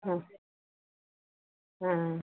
हाँ हाँ